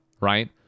right